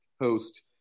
host